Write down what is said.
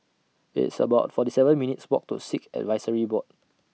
It's about forty seven minutes' Walk to Sikh Advisory Board